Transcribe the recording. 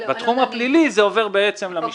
בתחום הפלילי, זה עובר בעצם למשטרה הירוקה.